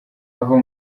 aho